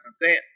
percent